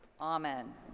Amen